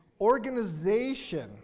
Organization